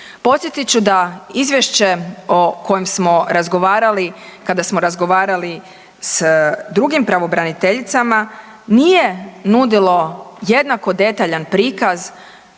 Podsjetit ću da izvješće o kojem smo razgovarali kada smo razgovarali s drugim pravobraniteljicama nije nudilo jednako detaljan prikaz